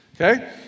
okay